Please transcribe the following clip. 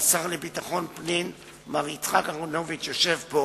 והשר לביטחון פנים, מר יצחק אהרונוביץ, היושב פה,